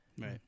Right